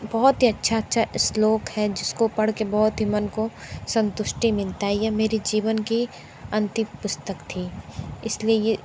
बहुत ही अच्छे अच्छे श्लोक हैं जिस को पढ़ के बहुत ही मन को संतुष्टि मिलती ही है ये मेरे जीवन की अंतिम पुस्तक थी इस लिए ये